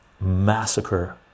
massacre